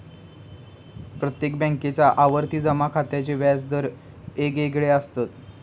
प्रत्येक बॅन्केच्या आवर्ती जमा खात्याचे व्याज दर येगयेगळे असत